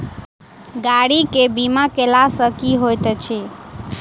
गाड़ी केँ बीमा कैला सँ की होइत अछि?